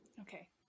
okay